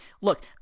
Look